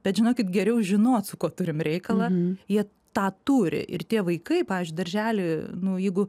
bet žinokit geriau žinot su kuo turim reikalą jie tą turi ir tie vaikai pavyzdžiui daržely nu jeigu